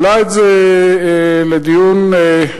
העלה את זה לדיון אזרח.